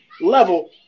level